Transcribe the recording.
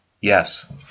Yes